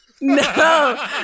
No